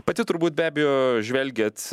pati turbūt be abejo žvelgiat